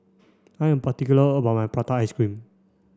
I am particular about my prata ice cream